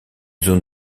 zone